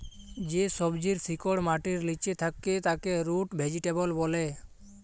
যে সবজির শিকড় মাটির লিচে থাক্যে তাকে রুট ভেজিটেবল ব্যলে